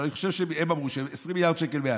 אבל אני חושב שהם אמרו ש-20 מיליארד שקל מעל.